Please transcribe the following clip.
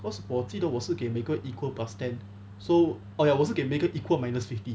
because 我记得我是给每个 equal plus ten so oh ya 我是给每个 equal minus fifty